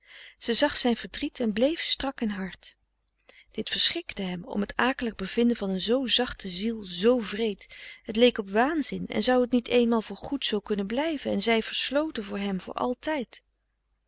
ze zag zijn verdriet en bleef strak en hard dit verschrikte hem om t akelig bevinden van een zoo zachte ziel z wreed het leek op waanzin en zou t niet eenmaal voor goed zoo kunnen blijven en zij versloten voor hem voor altijd